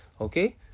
okay